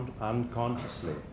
unconsciously